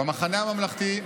במחנה הממלכתי,